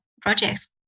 projects